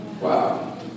Wow